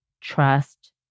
trust